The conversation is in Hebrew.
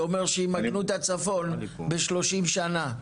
זה אומר שימגנו את הצפון בשלושים שנה,